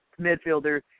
midfielder